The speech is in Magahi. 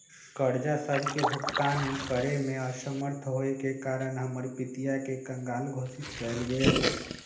कर्जा सभके भुगतान करेमे असमर्थ होयेके कारण हमर पितिया के कँगाल घोषित कएल गेल